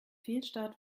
fehlstart